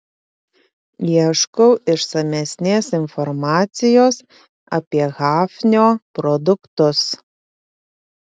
ieškau išsamesnės informacijos apie hafnio produktus